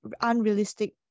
unrealistic